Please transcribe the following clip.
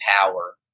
power